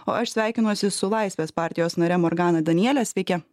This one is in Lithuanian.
o aš sveikinuosi su laisvės partijos nare morgana daniele sveiki